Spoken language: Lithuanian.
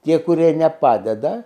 tie kurie nepadeda